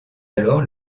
alors